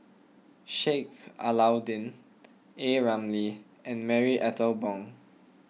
Sheik Alau'ddin A Ramli and Marie Ethel Bong